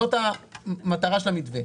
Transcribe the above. זאת המטרה של המתווה.